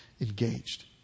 engaged